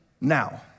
Now